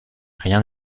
rien